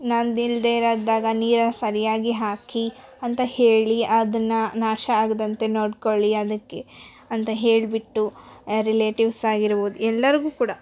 ನನ್ನದಿಲ್ದೆ ಇರೋದಾಗ ನೀರು ಸರಿಯಾಗಿ ಹಾಕಿ ಅಂತ ಹೇಳಿ ಅದನ್ನು ನಾಶ ಆಗದಂತೆ ನೋಡ್ಕೊಳ್ಳಿ ಅದಕ್ಕೆ ಅಂತ ಹೇಳಿಬಿಟ್ಟು ರಿಲೇಟಿವ್ಸ್ ಆಗಿರ್ಬೋದು ಎಲ್ಲರಿಗೂ ಕೂಡ